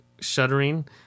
shuddering